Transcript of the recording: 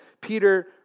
Peter